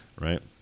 Right